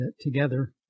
together